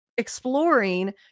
exploring